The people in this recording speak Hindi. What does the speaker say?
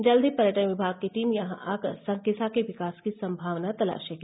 जल्द ही पर्यटन विभाग की टीम यहां आकर संकिसा के विकास की सम्भावना तलाशेगी